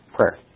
Prayer